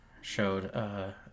showed